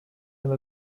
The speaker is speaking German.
dann